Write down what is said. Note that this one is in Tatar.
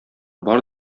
бар